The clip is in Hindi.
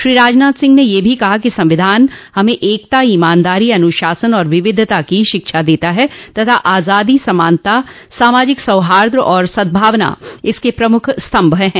श्री राजनाथ सिंह ने यह भी कहा कि संविधान हमें एकता इमानदारी अन्शासन और विविधता की शिक्षा देता है तथा आजादी समानता सामाजिक सौहार्द और सदभावना इसके मुख्य स्तम्भ है